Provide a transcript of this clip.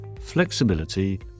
flexibility